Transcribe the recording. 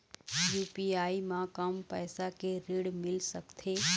UPI म कम पैसा के ऋण मिल सकथे?